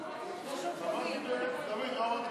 נתקבלה.